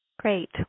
Great